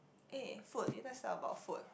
eh food let's talk about food